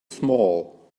small